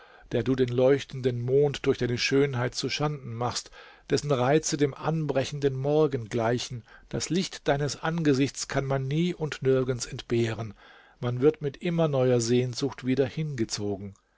der du den leuchtenden mond durch deine schönheit zu schanden machst dessen reize dem anbrechenden morgen gleichen das licht deines angesichts kann man nie und nirgends entbehren man wird mit immer neuer sehnsucht wieder hingezogen